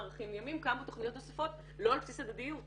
לימים קמו תכניות נוספות לא על בסיס הדדיות במועצה.